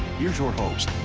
here's your host,